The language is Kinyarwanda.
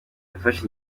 yafashe